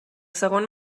segon